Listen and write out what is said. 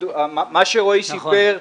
מה שרועי סיפר,